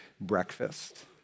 breakfast